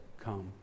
come